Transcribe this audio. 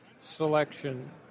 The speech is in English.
selection